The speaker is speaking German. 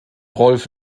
rolf